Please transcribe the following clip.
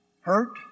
Hurt